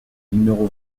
numéro